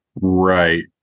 Right